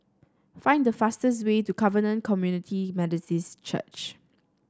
find the fastest way to Covenant Community Methodist Church